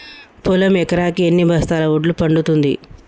పొలం ఎకరాకి ఎన్ని బస్తాల వడ్లు పండుతుంది?